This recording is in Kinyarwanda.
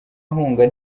ahunga